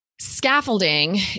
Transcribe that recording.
Scaffolding